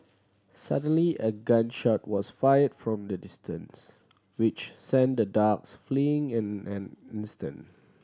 suddenly a gun shot was fired from a distance which sent the dogs fleeing in an instant